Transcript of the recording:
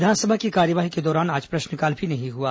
विधानसभा की कार्यवाही के दौरान आज प्रश्नकाल भी नहीं हुआ